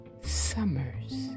Summers